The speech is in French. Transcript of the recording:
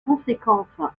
conséquence